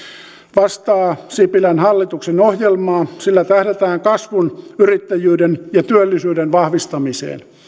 vastaa sipilän hallituksen ohjelmaa sillä tähdätään kasvun yrittäjyyden ja työllisyyden vahvistamiseen